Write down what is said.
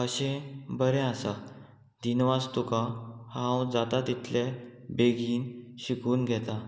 अशें बरें आसा दिनवास तुका हांव जाता तितले बेगीन शिकून घेता